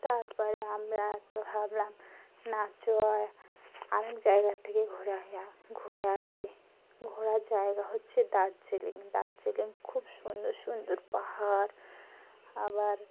তারপরে আমরা আবার ভাবলাম নাচোয়া অনেক জায়গার থেকে ঘুরে আসলাম ঘুরে আসি ঘোরার জায়গা হচ্ছে দার্জিলিং দার্জিলিং খুব সুন্দর সুন্দর পাহাড় আবার